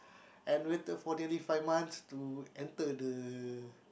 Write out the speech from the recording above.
and waited for daily five months to enter the